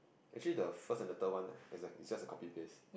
actually the first and the third one eh it just a copy paste